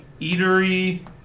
Eatery